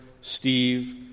Steve